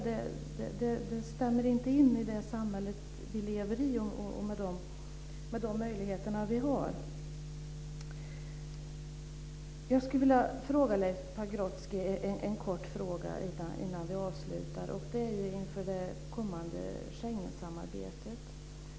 Detta stämmer inte med det samhälle vi lever i och med de möjligheter vi har. Jag skulle vilja ställa en kort fråga till Leif Pagrotsky innan vi avslutar. Den handlar om det kommande Schengensamarbetet.